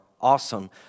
awesome